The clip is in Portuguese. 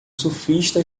surfista